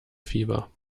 fieber